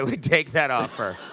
would take that offer.